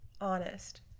Honest